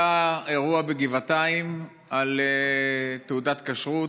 היה אירוע בגבעתיים של תעודת כשרות.